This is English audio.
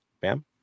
Bam